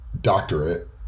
doctorate